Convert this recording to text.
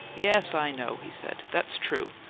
yes, i know, he said. that's true,